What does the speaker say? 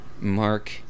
Mark